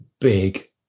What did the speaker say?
big